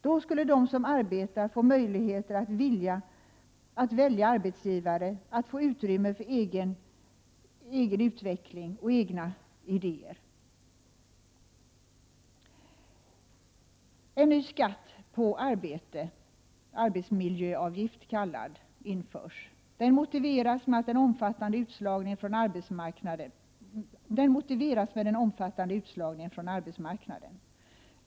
Då skulle de som arbetar få möjligheter att välja arbetsgivare och få utrymme för egen utveckling och egna idéer. En ny skatt på arbete, den s.k. arbetsmiljöavgiften, införs. Den motiveras med den omfattande utslagningen från arbetsmarknaden.